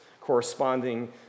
corresponding